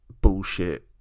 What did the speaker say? bullshit